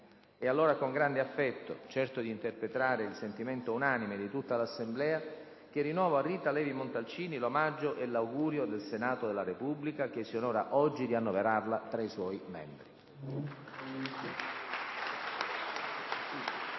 E allora è con grande affetto, certo di interpretare il sentimento unanime di tutta l'Assemblea, che rinnovo a Rita Levi-Montalcini l'omaggio e l'augurio del Senato della Repubblica, che si onora oggi di annoverarla tra i suoi membri.